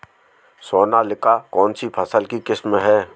सोनालिका कौनसी फसल की किस्म है?